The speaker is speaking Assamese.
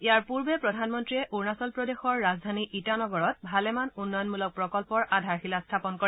ইয়াৰ পূৰ্বে প্ৰধানমন্ত্ৰীয়ে অৰুণাচল প্ৰদেশৰ ৰাজধানী ইটানগৰত ভালেমান উন্নয়নমূলক প্ৰকল্পৰ আধাৰশিলা স্থাপন কৰে